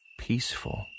peaceful